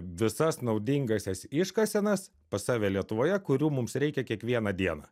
visas naudingąsias iškasenas pas save lietuvoje kurių mums reikia kiekvieną dieną